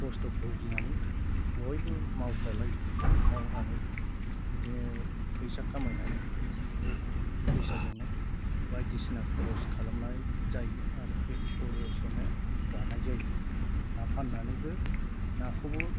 खस्थ' भुगिनानै बयबो मावफा लायो मावनानै बिदिनो फैसा खामायनानै बे फैसाजोंनो बायदिसिना खरस खालामनाय जायो आरो बे खरसजोंनो जानाय जायो ना फान्नानैबो नाखौबो